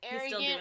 arrogant